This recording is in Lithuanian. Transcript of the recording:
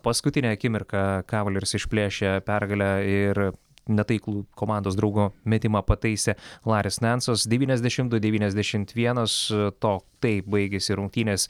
paskutinę akimirką kavalers išplėšė pergalę ir netaiklų komandos draugo metimą pataisė laris nensas devyniasdešim du devyniasdešimt vienas to taip baigėsi rungtynės